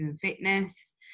fitness